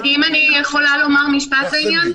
לומר משפט בעניין.